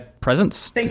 Presence